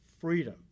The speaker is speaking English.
freedom